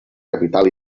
capital